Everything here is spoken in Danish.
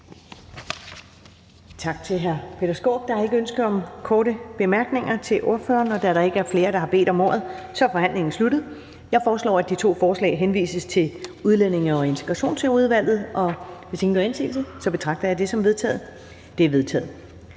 Tak til hr. Peter Skaarup. Der er ikke ønske om korte bemærkninger til ordføreren. Da der ikke er flere, der har bedt om ordet, er forhandlingen sluttet. Jeg foreslår, at de to forslag henvises til Udlændinge- og Integrationsudvalget. Hvis ingen gør indsigelse, betragter jeg det som vedtaget. Det er vedtaget.